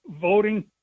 voting